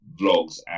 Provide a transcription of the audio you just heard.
vlogs